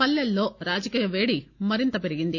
పల్లెల్లో రాజకీయ పేడి మరింత పెరిగింది